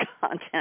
content